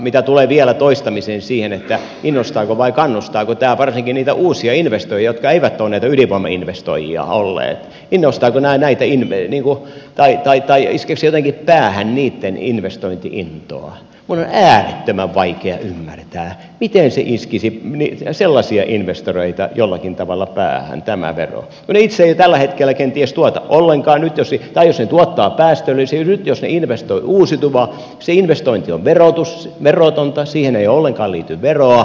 mitä tulee vielä toistamiseen siihen innostaako vai kannustaako tämä varsinkin niitä uusia investoijia jotka eivät ole näitä ydinvoimainvestoijia olleet innostaako nämä näitä vai iskeekö se jotenkin päähän niitten investointi intoa niin minun on äärettömän vaikea ymmärtää miten tämä vero iskisi sellaisia investoreita jollakin tavalla päähän kun ne itse eivät tällä hetkellä kenties tuota ollenkaan tai jos ne tuottavat päästöllisiä niin nyt jos ne investoivat uusiutuvaan se investointi on verotonta siihen ei ollenkaan liity veroa